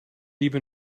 even